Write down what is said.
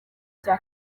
cya